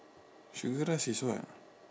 sugar rush is what